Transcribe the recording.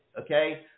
okay